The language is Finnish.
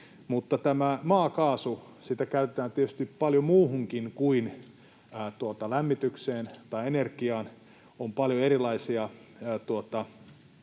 Mutta maakaasua käytetään tietysti paljon muuhunkin kuin lämmitykseen tai energiaan. On paljon erilaisia